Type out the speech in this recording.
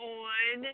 on